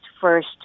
first